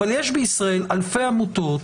אבל יש בישראל אלפי עמותות,